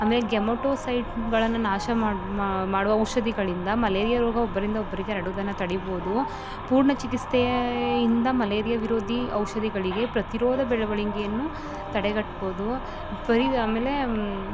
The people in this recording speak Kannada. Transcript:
ಅಮೇಲೆ ಗೆಮೆಟೊಸೈಟ್ಗಳನ್ನು ನಾಶ ಮಾಡಿ ಮಾಡುವ ಔಷಧಿಗಳಿಂದ ಮಲೇರಿಯ ರೋಗವು ಒಬ್ಬರಿಂದ ಒಬ್ಬರಿಗೆ ಹರಡೋದನ್ನ ತಡೀಬೋದು ಪೂರ್ಣ ಚಿಕಿತ್ಸೇಯಿಂದ ಮಲೇರಿಯ ವಿರೋಧಿ ಔಷಧಿಗಳಿಗೆ ಪ್ರತಿರೋಧ ಬೆಳವಣಿಗೆಯನ್ನು ತಡೆಗಟ್ಬೋದು ಬರಿ ಆಮೇಲೆ